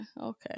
Okay